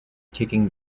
kicking